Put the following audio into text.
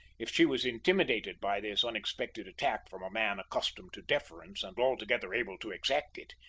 if she was intimidated by this unexpected attack from a man accustomed to deference and altogether able to exact it,